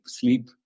sleep